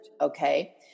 Okay